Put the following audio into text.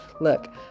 look